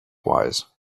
wise